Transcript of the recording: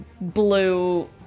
blue